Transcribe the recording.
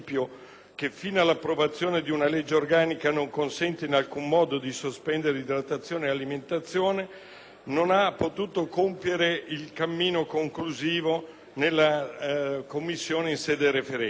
fino all'approvazione di una legge organica, non è consentito in alcun modo sospendere l'idratazione e l'alimentazione, non ha potuto compiere il cammino conclusivo nella Commissione in sede referente.